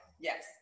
Yes